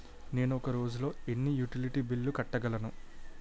నేను ఒక రోజుల్లో ఎన్ని యుటిలిటీ బిల్లు కట్టగలను?